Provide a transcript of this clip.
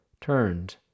turned